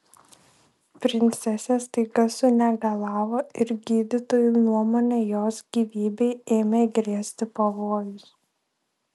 princesė staiga sunegalavo ir gydytojų nuomone jos gyvybei ėmė grėsti pavojus